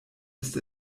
ist